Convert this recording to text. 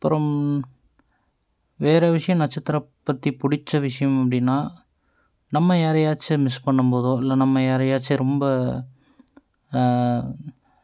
அப்புறம் வேற விஷயம் நட்சத்திரம் பற்றி பிடிச்ச விஷியம் அப்படின்னா நம்ம யாரையாச்சும் மிஸ் பண்ணும்போதோ இல்லை நம்ம யாரையாச்சும் ரொம்ப